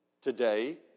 today